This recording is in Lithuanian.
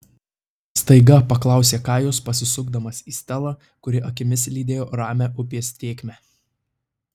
staiga paklausė kajus pasisukdamas į stelą kuri akimis lydėjo ramią upės tėkmę